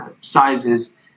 sizes